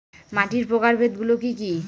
মাটির প্রকারভেদ গুলো কি কী?